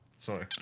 Sorry